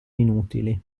inutili